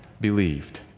believed